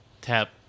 Tap